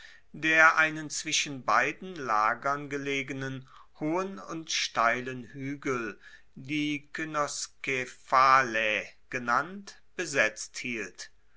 der einen zwischen beiden lagern gelegenen hohen und steilen huegel die kynoskephalae genannt besetzt hielt